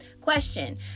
question